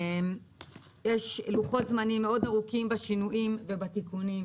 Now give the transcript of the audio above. יש לוחות זמנים מאוד ארוכים בשינוים ובתיקונים,